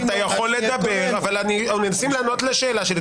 אתה יכול לדבר אבל מנסים לענות לשאלה שלי.